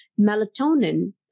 melatonin